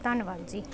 ਧੰਨਵਾਦ ਜੀ